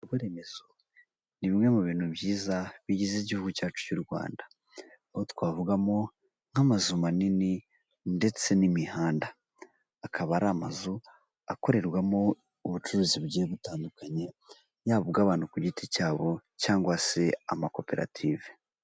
Ibikorwa remezo ni bimwe mu bintu byiza bigize igihugu cyacu cy'u Rwanda, aho twavugamo nk'amazu manini ndetse n'imihanda. Akaba ari amazu akorerwamo ubucuruzi bugiye butandukanye yaba ubw'abantu ku giti cyabo cyangwa se amakoperative.